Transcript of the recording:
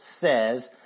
says